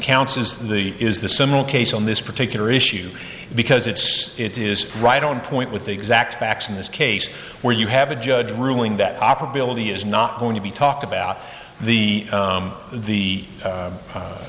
counts is the is the similar case on this particular issue because it's it is right on point with the exact facts in this case where you have a judge ruling that operability is not going to be talked about the the